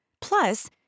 Plus